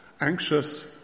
Anxious